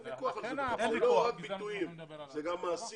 אין ויכוח על זה, זה לא רק ביטויים, זה גם מעשים.